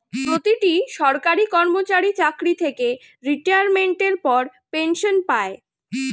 প্রতিটি সরকারি কর্মচারী চাকরি থেকে রিটায়ারমেন্টের পর পেনশন পায়